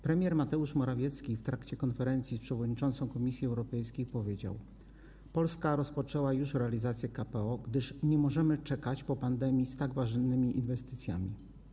Premier Mateusz Morawiecki w trakcie konferencji z przewodniczącą Komisji Europejskiej powiedział: Polska rozpoczęła już realizację KPO, gdyż nie możemy czekać po pandemii z tak ważnymi inwestycjami.